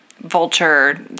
vulture